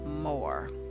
more